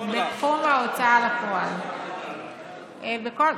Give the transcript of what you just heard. ההוצאה לפועל, בכישרון רב.